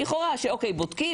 לכאורה בודקים,